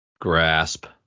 grasp